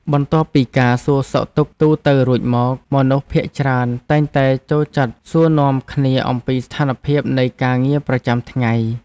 បន្ទាប់ពីការសួរសុខទុក្ខទូទៅរួចមក មនុស្សភាគច្រើនតែងតែចូលចិត្តសួរនាំគ្នាអំពីស្ថានភាពនៃការងារប្រចាំថ្ងៃ។